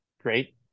great